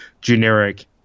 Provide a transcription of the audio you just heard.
generic